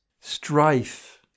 strife